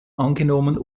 angenommen